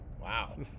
Wow